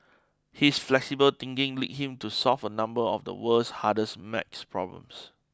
his flexible thinking lead him to solve a number of the world's hardest math problems